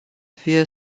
fie